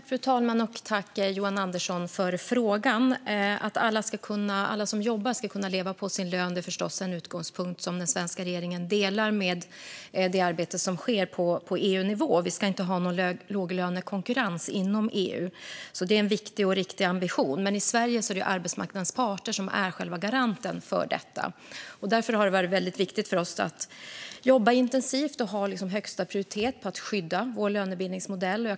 Fru talman! Tack, Johan Andersson, för frågan! Att alla som jobbar ska kunna leva på sin lön är förstås en utgångspunkt som den svenska regeringen delar med det arbete som sker på EU-nivå. Vi ska inte ha någon låglönekonkurrens inom EU. Det är en viktig och riktig ambition. Men i Sverige är det arbetsmarknadens parter som är själva garanten för detta. Det har därför varit viktigt för oss att jobba intensivt med och att ha som högsta prioritet att skydda vår lönebildningsmodell.